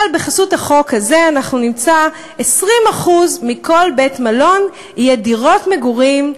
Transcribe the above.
אבל בחסות החוק הזה נמצא ש-20% מכל בית-מלון יהיו דירות מגורים.